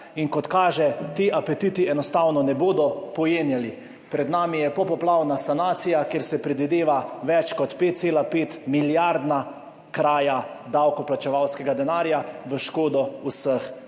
in kot kaže, ti apetiti enostavno ne bodo pojenjali. Pred nami je popoplavna sanacija, kjer se predvideva več kot 5,5 milijardna kraja davkoplačevalskega denarja v škodo vseh